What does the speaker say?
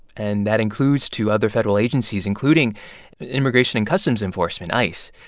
and that includes to other federal agencies, including immigration and customs enforcement, ice.